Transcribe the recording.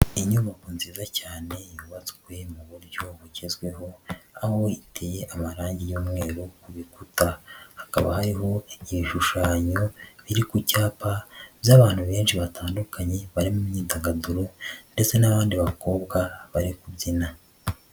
Inyubako nziza cyane yubatswe mu buryo bugezweho, aho iteye amarangi y'umweru ku rukuta, hakaba hariho igishushanyo biri ku cyapa by'abantu benshi batandukanye bari mu myidagaduro ndetse n'abandi bakobwa bari kubyina.